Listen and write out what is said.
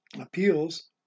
appeals